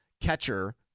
catcher